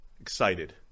Excited